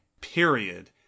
period